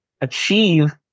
achieve